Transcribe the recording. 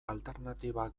alternatiba